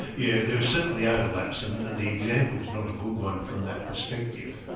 yeah there are certainly overlaps and and the example's not a good one from that perspective.